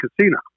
casino